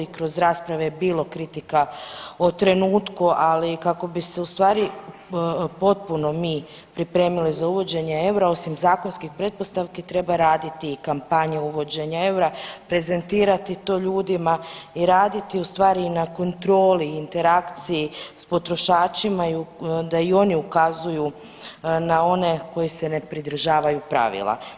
Kroz rasprave je bilo kritika o trenutku, ali kako bi se ustvari potpuno mi pripremili za uvođenje eura osim zakonskih pretpostavki treba raditi i kampanju uvođenja eura, prezentirati to ljudima i raditi na kontroli interakciji s potrošačima da i oni ukazuju na one koji se ne pridržavaju pravila.